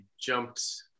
jumped